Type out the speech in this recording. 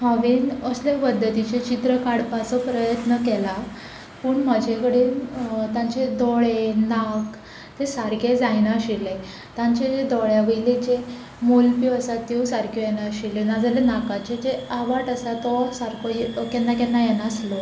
हांवेन असल्या पद्दतीचें चित्र काडपाचो प्रयत्न केला पूण म्हाजे कडेन तांचे दोळे नाक तें सारकें जायनाशिल्लें तांचे जे दोळ्यांवयले जे मोलप्यो आसात त्यो सारक्यो येना आशिल्ल्यो ना जाल्यार नाकाचे जे आंवाठ आसा तो सारको केन्ना केन्ना येनासलो